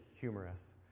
Humorous